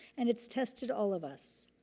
and it's tested all of us.